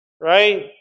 right